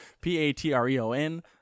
P-A-T-R-E-O-N